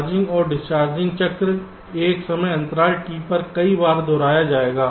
charging और discharging चक्र एक समय अंतराल T पर कई बार दोहराया जाएगा